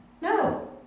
No